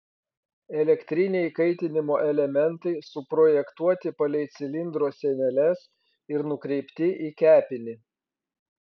elektriniai kaitinimo elementai suprojektuoti palei cilindro sieneles ir nukreipti į kepinį